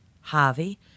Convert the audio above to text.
Harvey